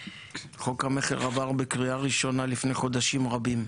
חוק המכר עבר בקריאה ראשונה לפני חודשים רבים.